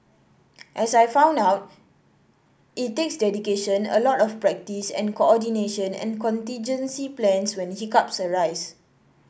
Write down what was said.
as I found out it takes dedication a lot of practice and coordination and contingency plans when hiccups arise